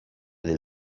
del